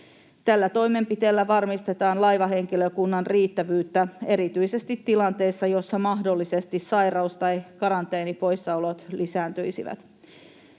Tällä toimenpiteellä varmistetaan laivahenkilökunnan riittävyyttä erityisesti tilanteessa, jossa mahdollisesti sairaus- tai karanteenipoissaolot lisääntyisivät.